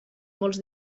molts